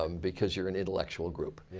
um because you're an intellectual group.